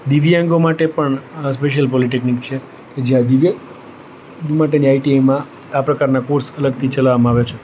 દિવ્યાંગો માટે પણ સ્પેશ્યલ પોલિટેકનિક છે જ્યાં દિવ્ય માટેની આઈટીઆઈ માં આ પ્રકારના કોર્સ અલગથી ચલાવામાં આવે છે